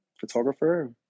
photographer